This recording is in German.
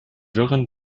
wirren